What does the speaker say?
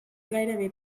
gairebé